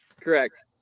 Correct